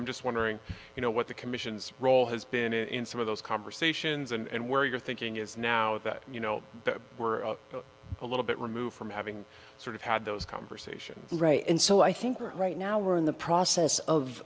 i'm just wondering you know what the commission's role has been in some of those conversations and where your thinking is now is that you know that we're a little bit removed from having sort of had those conversations right and so i think are right now we're in the process of